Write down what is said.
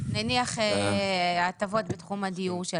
נניח הטבות בתחום הדיור,